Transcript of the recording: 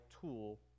tool